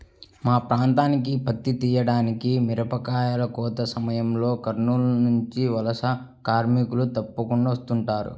మా ప్రాంతానికి పత్తి తీయడానికి, మిరపకాయ కోతల సమయంలో కర్నూలు నుంచి వలస కార్మికులు తప్పకుండా వస్తుంటారు